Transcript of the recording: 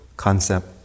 Concept